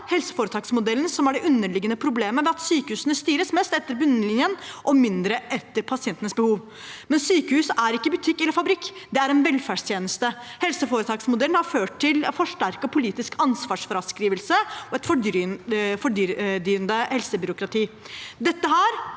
helseforetaksmodellen som er det underliggende problemet, ved at sykehusene styres mest etter bunnlinjen og mindre etter pasientenes behov. Sykehus er ikke en butikk eller en fabrikk, det er en velferdstjeneste. Helseforetaksmodellen har ført til en forsterket politisk ansvarsfraskrivelse og et fordyrende helsebyråkrati.